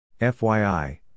FYI